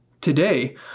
Today